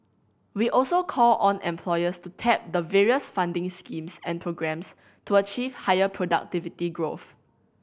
we also call on employers to tap the various funding schemes and programmes to achieve higher productivity growth